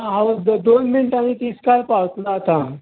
हांव दोन मिनटांनी तिस्कार पावतलों आतां